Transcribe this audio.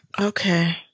okay